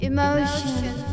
Emotions